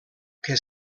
que